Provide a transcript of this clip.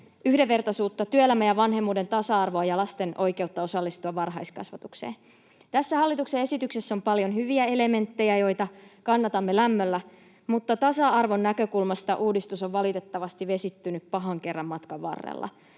yhdenvertaisuutta, työelämän ja vanhemmuuden tasa-arvoa ja lasten oikeutta osallistua varhaiskasvatukseen. Tässä hallituksen esityksessä on paljon hyviä elementtejä, joita kannatamme lämmöllä, mutta tasa-arvon näkökulmasta uudistus on valitettavasti vesittynyt pahan kerran matkan varrella.